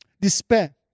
despair